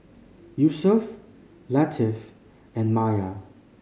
Yusuf Latif and Maya